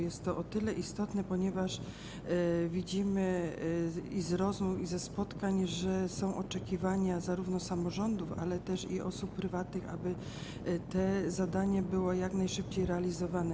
Jest to o tyle istotne, ponieważ widzimy - i wynika to i z rozmów, i ze spotkań - że są oczekiwania zarówno samorządów, jak i osób prywatnych, aby to zadanie było jak najszybciej realizowane.